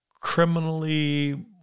criminally